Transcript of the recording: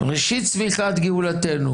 ראשית צמיחת גאולתנו